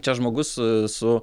čia žmogus su